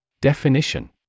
Definition